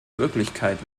wirklichkeit